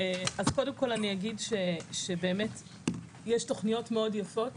קודם כל אני אגיד שבאמת יש תוכניות מאוד יפות.